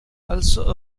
also